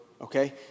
Okay